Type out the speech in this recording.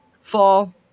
fall